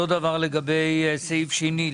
אותו דבר לגבי סעיף שני,